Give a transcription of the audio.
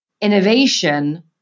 innovation